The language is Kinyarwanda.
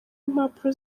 impapuro